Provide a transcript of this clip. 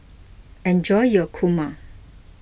enjoy your Kurma